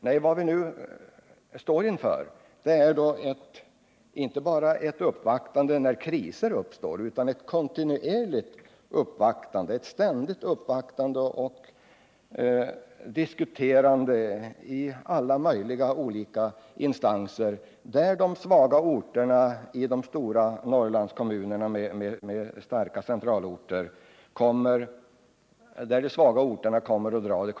Men vad vi nu står inför det är inte bara ett uppvaktande när kriser uppstår, utan det är ett kontinuerligt uppvaktande. Det kommer att bli ett ständigt uppvaktande och diskuterande i alla möjliga olika instanser, och då kommer de svaga orterna i exempelvis de stora Norrlandskommunerna med starka centralorter att dra det kortaste strået.